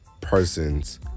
persons